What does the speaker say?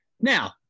Now